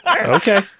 Okay